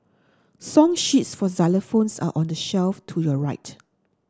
song sheets for xylophones are on the shelf to your right